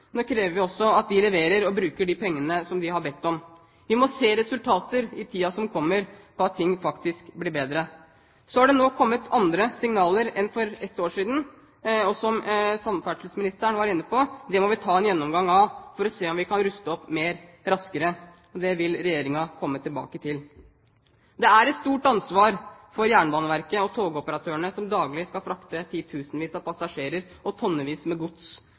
Nå krever vi at de leverer og bruker de pengene som de har bedt om. Vi må se resultater i tiden som kommer, som viser at ting faktisk blir bedre. Så er det nå kommet andre signaler enn for et år siden. Som samferdselsministeren var inne på, vi må ta en gjennomgang av det for å se om vi raskere kan ruste opp mer. Det vil Regjeringen komme tilbake til. Det er et stort ansvar for Jernbaneverket og togoperatørene som daglig skal frakte titusenvis av passasjerer tidsnok til jobb og hjem igjen og tonnevis med gods